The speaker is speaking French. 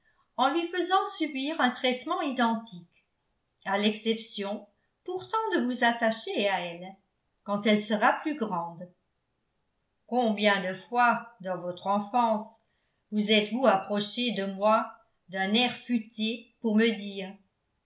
en lui faisant subir un traitement identique à l'exception pourtant de vous attacher à elle quand elle sera plus grande combien de fois dans votre enfance vous êtes-vous approchée de moi d'un air futé pour me dire